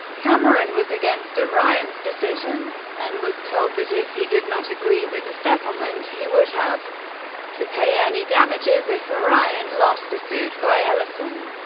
cameron was against orion's decision and was told that if he did not agree with the settlement, settlement, he would have to pay any damages if orion lost a suit by ellison.